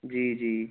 जी जी